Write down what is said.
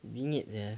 bingit sia